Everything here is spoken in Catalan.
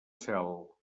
cel